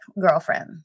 girlfriend